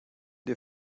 dir